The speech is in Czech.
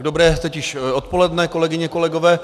Dobré teď již odpoledne, kolegyně, kolegové.